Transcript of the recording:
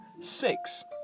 six